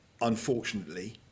unfortunately